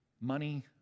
money